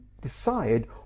decide